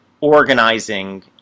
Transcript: organizing